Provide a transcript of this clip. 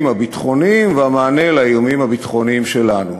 הביטחוניים והמענה לאיומים הביטחוניים שלנו.